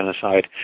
genocide